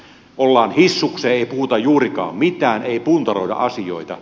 ollaan hissukseen ei puhuta juurikaan mitään ei puntaroida asioita